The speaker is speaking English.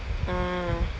mm